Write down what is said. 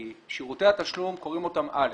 כי שירותי התשלום קוראים אותם (א),